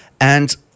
And-